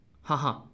Haha